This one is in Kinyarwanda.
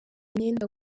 imyenda